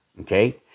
okay